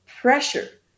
pressure